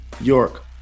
York